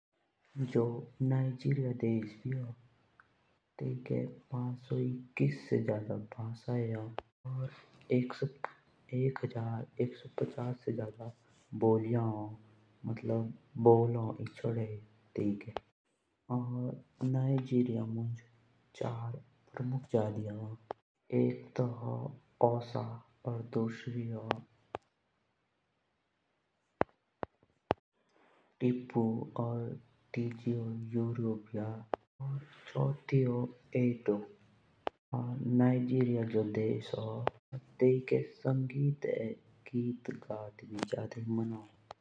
नाइजीरिया जो देश ही होन नाइजीरिया मुँज भी ओ पाँच सौ इक्कीस से भी जादा भाषाये होन। और एक हजार एक सौ पचास से जादा बोलिया होन। और नाइजीरिया मुँज चार प्रमुख जाति होन। और जो नाइजीरिया मुँज गीत गत भी जादा ही मनाओ।